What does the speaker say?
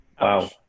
Wow